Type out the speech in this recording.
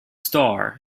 star